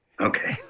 okay